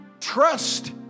trust